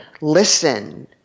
listen